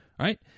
right